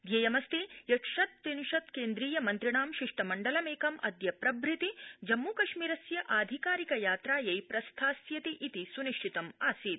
ध्येयमस्ति यत् षा त्रिशत्केन्द्रीय मन्त्रिणां शिष् मिण्डलम् एकम अद्य प्रभृति जम्मुकश्मीरस्य अधिकारिक यात्रायै प्रस्थास्यति इति सुनिश्चितमासीत्